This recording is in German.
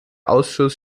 ausschuss